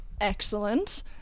Excellent